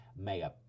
Maya